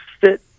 fit